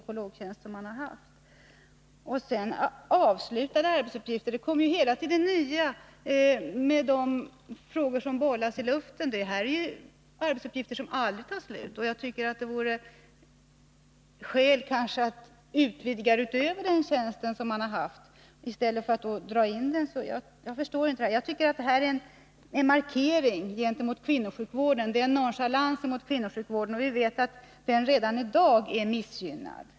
Karin Ahrland talade om ”avslutade arbetsuppgifter”, men det kommer ju hela tiden nya med de frågor som bollas i luften. Här gäller det arbetsuppgifter som aldrig tar slut, och jag tycker att det vore skäl att utvidga utöver den tjänst som funnits i stället för att dra in denna enda tjänst. Jag uppfattar det som en markering och en nonchalans mot kvinnosjukvården, som vi vet redan i dag är missgynnad.